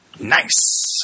Nice